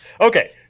Okay